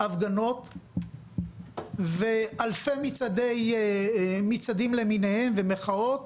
הפגנות ואלפי מצעדים למיניהם ומחאות,